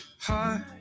heart